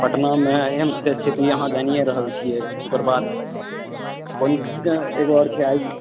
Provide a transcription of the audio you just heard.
पटनामे एम्सके स्थिति अहाँ जानिए रहल छियै ओकर बाद कोन एगो आओर छै